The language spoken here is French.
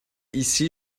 ici